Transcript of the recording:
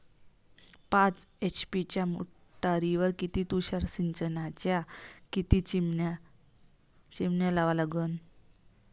पाच एच.पी च्या मोटारीवर किती तुषार सिंचनाच्या किती चिमन्या लावा लागन?